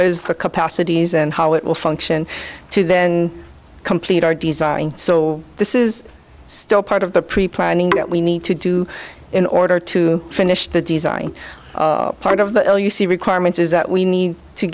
is the capacities and how it will function to then complete our design so this is still part of the preplanning that we need to do in order to finish the design part of the u c requirements is that we need to